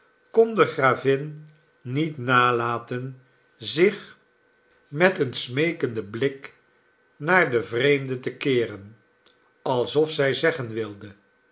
de gravin niet nalaten zich met een smeekenden blik naar de vreemden te keeren alsof zij zeggen wilde